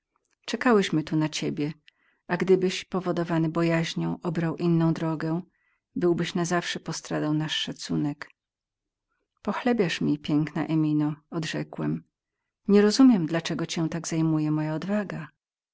sprowadza czekałyśmy tu na ciebie a gdybyś powodowany bojaźnią obrał inną drogę byłbyś na zawsze postradał nasz szacunek pochlebiasz mi piękna emino odrzekłem i nie pojmuję dlaczego cię tak zajmuje moja odwaga